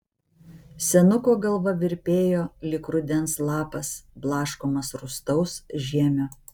senuko galva virpėjo lyg rudens lapas blaškomas rūstaus žiemio